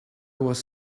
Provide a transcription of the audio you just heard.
was